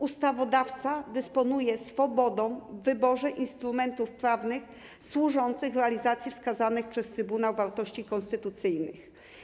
Ustawodawca dysponuje swobodą w wyborze instrumentów prawnych służących realizacji wskazanych przez trybunał wartości konstytucyjnych.